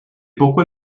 pourquoi